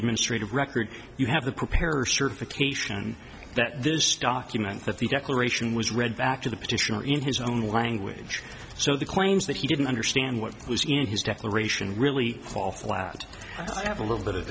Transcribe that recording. administrative records you have the preparer certification that this document that the declaration was read back to the petitioner in his own language so the claims that he didn't understand what was in his declaration really fall flat have a little bit of